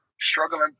Struggling